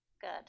Good